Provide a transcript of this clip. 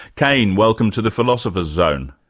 cain, welcome to the philosopher's zone.